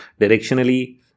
directionally